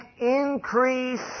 increase